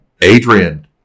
Adrian